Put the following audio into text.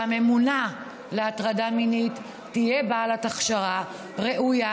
שלממונה על הטרדה מינית תהיה הכשרה ראויה,